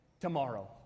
tomorrow